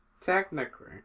technically